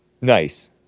Nice